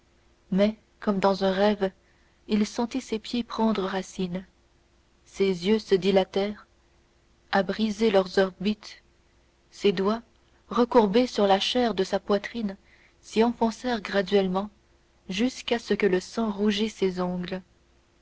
mais comme dans un rêve il sentit ses pieds prendre racine ses yeux se dilatèrent à briser leurs orbites ses doigts recourbés sur la chair de sa poitrine s'y enfoncèrent graduellement jusqu'à ce que le sang rougît ses ongles